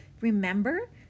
Remember